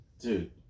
dude